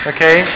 Okay